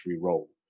role